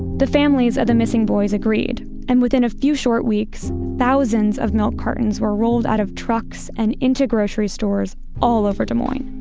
the families of the missing boys agreed and within a few short weeks, thousands of milk cartons were rolled out of trucks and into grocery stores all over des moines.